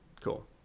Cool